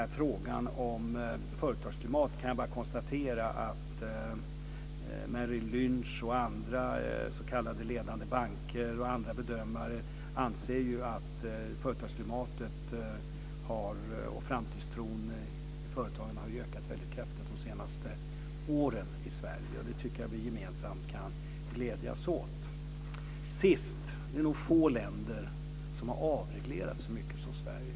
I frågan om företagsklimat kan jag bara konstatera att Merrill Lynch samt andra s.k. ledande banker och andra bedömare anser att företagsklimatet och framtidstron i företagen har ökat väldigt kraftigt under de senaste åren i Sverige. Det tycker jag att vi gemensamt kan glädjas åt. Slutligen: Det är nog få länder som har avreglerat så mycket som Sverige.